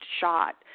shot